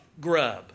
grub